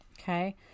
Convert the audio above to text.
okay